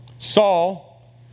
Saul